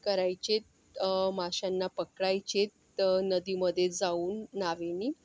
करायचे माश्यांना पकडायचे नदीमध्ये जाऊन नावेनी